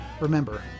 remember